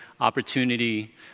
opportunity